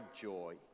joy